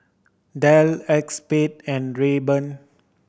Dell Acexspade and Rayban